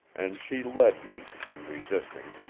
and she led me, unresisting,